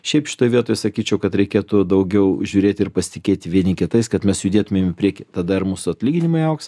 šiaip šitoj vietoj sakyčiau kad reikėtų daugiau žiūrėti ir pasitikėti vieni kitais kad mes judėtumėm į priekį tada ir mūsų atlyginimai augs